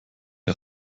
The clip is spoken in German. der